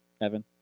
Evan